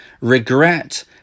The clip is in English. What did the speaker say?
regret